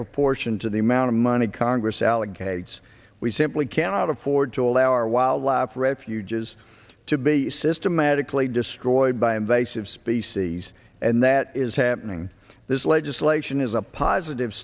proportion to the amount of money congress allocates we simply cannot afford to allow our wildlife refuges to be systematically destroyed by invasive species and that is happening this legislation is a positive